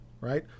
right